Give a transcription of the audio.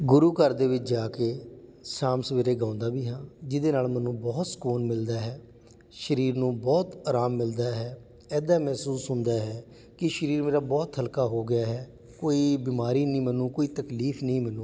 ਗੁਰੂ ਘਰ ਦੇ ਵਿੱਚ ਜਾ ਕੇ ਸ਼ਾਮ ਸਵੇਰੇ ਗਾਉਂਦਾ ਵੀ ਹਾਂ ਜਿਹਦੇ ਨਾਲ ਮੈਨੂੰ ਬਹੁਤ ਸਕੂਨ ਮਿਲਦਾ ਹੈ ਸਰੀਰ ਨੂੰ ਬਹੁਤ ਆਰਾਮ ਮਿਲਦਾ ਹੈ ਇੱਦਾਂ ਮਹਿਸੂਸ ਹੁੰਦਾ ਹੈ ਕਿ ਸਰੀਰ ਮੇਰਾ ਬਹੁਤ ਹਲਕਾ ਹੋ ਗਿਆ ਹੈ ਕੋਈ ਬਿਮਾਰੀ ਨਹੀਂ ਮੈਨੂੰ ਕੋਈ ਤਕਲੀਫ਼ ਨਹੀਂ ਮੈਨੂੰ